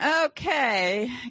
okay